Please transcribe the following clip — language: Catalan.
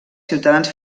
ciutadans